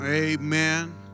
Amen